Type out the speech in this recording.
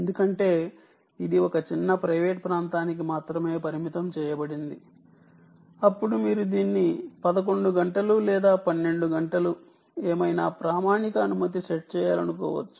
ఎందుకంటే ఇది ఒక చిన్న ప్రైవేట్ ప్రాంతానికి మాత్రమే పరిమితం చేయబడింది అప్పుడు మీరు దీన్ని 11 గంటలు లేదా 12 గంటలు ఏమైనా ప్రామాణిక అనుమతికి సెట్ చేయాలనుకోవచ్చు